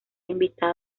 invitada